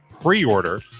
pre-order